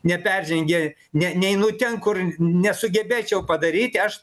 neperžengė ne neinu ten kur nesugebėčiau padaryti aš